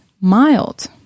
mild